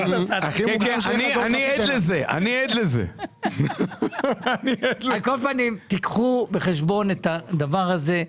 על כל פנים, קחו בחשבון את הדבר הזה.